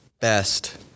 best